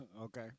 Okay